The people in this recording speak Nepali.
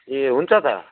ए हुन्छ त